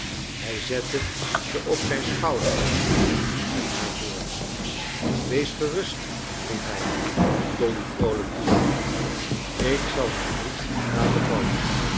hij zette ze op zijn schouder en liep met haar voort wees gerust riep hij dolly vroolijk toelachend ik zal haar niet laten vallen